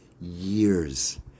years